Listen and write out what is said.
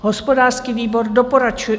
Hospodářský výbor doporučuje.